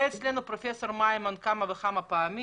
היה אצלנו פרופסור מימון כמה וכמה פעמים,